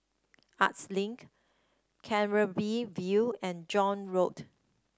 Arts Link View and John Road